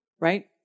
right